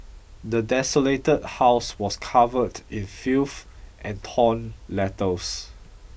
the desolated house was covered in filth and torn letters